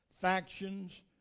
factions